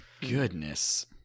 Goodness